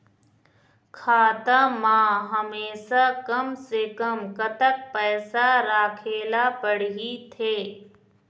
खाता मा हमेशा कम से कम कतक पैसा राखेला पड़ही थे?